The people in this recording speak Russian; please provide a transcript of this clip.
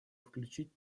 включить